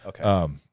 okay